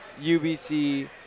UBC